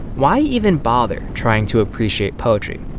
why even bother trying to appreciate poetry?